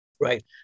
right